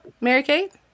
Mary-Kate